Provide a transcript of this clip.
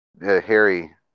Harry